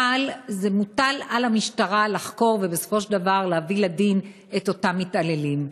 אבל מוטל על המשטרה לחקור ובסופו של דבר להביא לדין את אותם מתעללים.